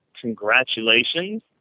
congratulations